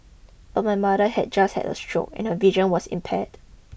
but my mother had just had a stroke and her vision was impaired